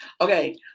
Okay